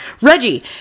Reggie